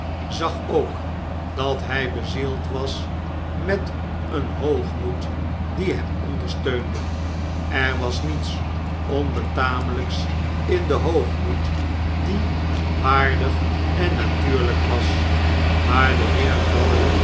zag ook dat hij bezield was met een hoogmoed die hem ondersteunde er was niets onbetameljjks in den hoogmoed die waardig en natuurljjk was maar de heer lorry